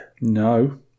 No